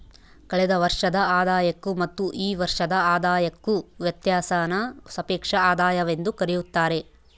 ಕಳೆದ ವರ್ಷದ ಆದಾಯಕ್ಕೂ ಮತ್ತು ಈ ವರ್ಷದ ಆದಾಯಕ್ಕೂ ವ್ಯತ್ಯಾಸಾನ ಸಾಪೇಕ್ಷ ಆದಾಯವೆಂದು ಕರೆಯುತ್ತಾರೆ